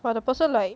!wah! the person like